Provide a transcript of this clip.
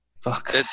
Fuck